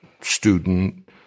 student